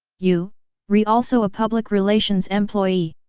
you re also a public relations employee.